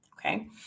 Okay